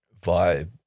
vibe